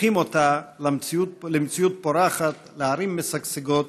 הופכים אותה למציאות פורחת, לערים משגשגות,